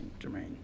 Jermaine